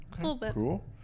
Cool